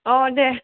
अ दे